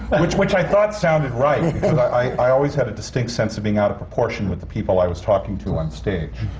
which which i thought sounded right i always had a distinct sense of being out of proportion with the people i was talking to on stage.